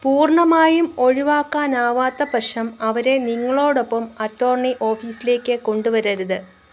പൂർണ്ണമായും ഒഴിവാക്കാനാവാത്ത പക്ഷം അവരെ നിങ്ങളോടൊപ്പം അറ്റോർണി ഓഫീസിലേക്ക് കൊണ്ടുവരരുത്